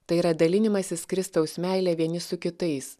tai yra dalinimasis kristaus meile vieni su kitais